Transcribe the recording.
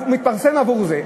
מתפרסם עבור זה.